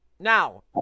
Now